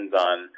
on